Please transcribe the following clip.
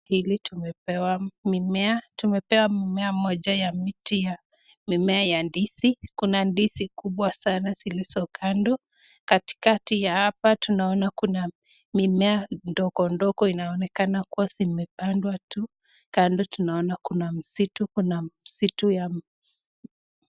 Hili tumepewa mimea. Tumepewa mmea moja ya miti ya mimea ya ndizi. Kuna ndizi kubwa sana zilizo kando, katikati ya hapa tunaona kuna mimea ndogo ndogo inaonekana kuwa zimepandwa tu, kando tunaona kuna msitu. Kuna msitu ya